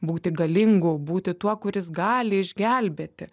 būti galingu būti tuo kuris gali išgelbėti